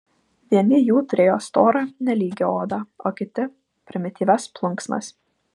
vieni jų turėjo storą nelygią odą o kiti primityvias plunksnas